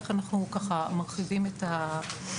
איך אנחנו מרחיבים את ההכשרות,